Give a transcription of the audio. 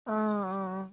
অঁ অঁ